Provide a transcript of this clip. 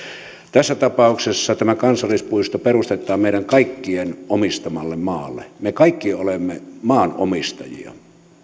tässä tapauksessa tämä kansallispuisto perustetaan meidän kaikkien omistamalle maalle me kaikki olemme maanomistajia